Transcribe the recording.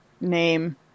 name